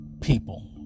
people